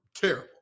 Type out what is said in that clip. Terrible